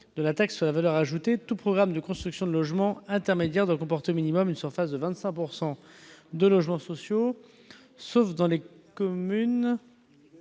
au taux réduit de TVA de 10 %, tout programme de construction de logements intermédiaires doit comporter au minimum une surface de 25 % de logements sociaux, sauf dans les communes